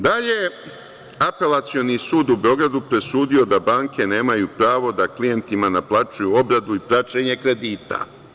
Dalje, Apelacioni sud u Beogradu presudio je da banke nemaju pravo da klijentima naplaćuju obradu i praćenje kredita.